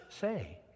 say